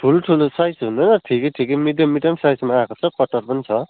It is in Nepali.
ठुलो ठुलो साइज हुँदैन ठिकै ठिकै मिडियम मिडियम साइजमा आएको छ कटहर पनि छ